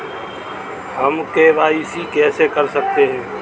हम के.वाई.सी कैसे कर सकते हैं?